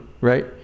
right